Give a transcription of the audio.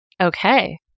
Okay